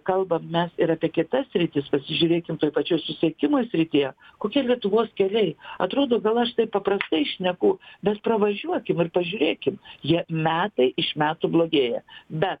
kalbam mes ir apie kitas sritis pasižiūrėkim toj pačioj susisiekimo srityje kokie lietuvos keliai atrodo gal aš taip paprastai šneku bet pravažiuokim ir pažiūrėkim jie metai iš metų blogėja bet